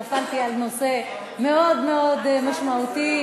נפלתי על נושא מאוד מאוד משמעותי,